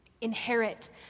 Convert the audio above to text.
inherit